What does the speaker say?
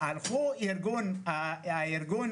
הארגון